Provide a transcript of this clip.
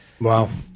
Wow